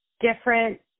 different